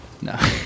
No